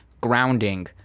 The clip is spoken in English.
grounding